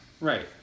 Right